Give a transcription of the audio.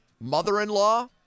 Mother-in-law